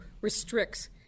restricts